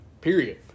Period